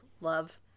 love